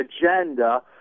agenda